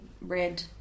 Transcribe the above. red